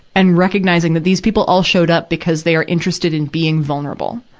and recognizing that these people all showed up because they are interested in being vulnerable.